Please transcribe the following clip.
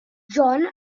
john